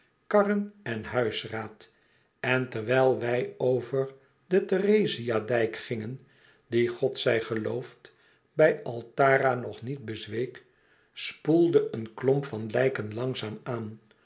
karren en huisraad en terwijl wij over den hoogen therezia dijk gingen die god zij geloofd bij altara nog niet bezweek spoelde een klomp van lijken langzaam aan